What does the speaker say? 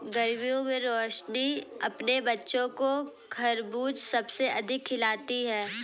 गर्मियों में रोशनी अपने बच्चों को खरबूज सबसे अधिक खिलाती हैं